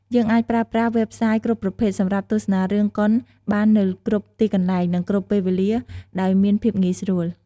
យើងអាចប្រើប្រាស់វេបសាយគ្រប់ប្រភេទសម្រាប់ទស្សនារឿងកុនបាននៅគ្រប់ទីកន្លែង នឹងគ្រប់ពេលវេលាដោយមានភាពងាយស្រួល។